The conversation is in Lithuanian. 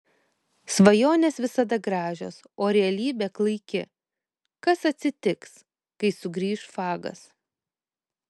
svajonės visada gražios o realybė klaiki kas atsitiks kai sugrįš fagas